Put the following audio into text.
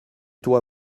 toi